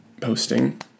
posting